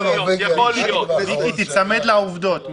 מיקי, תיצמד לעובדות.